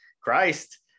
Christ